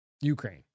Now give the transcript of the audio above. Ukraine